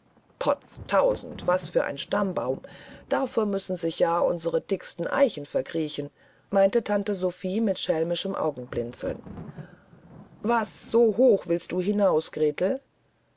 potztausend was für ein stammbaum davor müssen sich ja unsere dicksten eichen verkriechen meinte tante sophie mit schelmischem augenblinzeln was so hoch willst du hinaus gretel